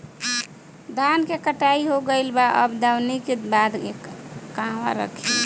धान के कटाई हो गइल बा अब दवनि के बाद कहवा रखी?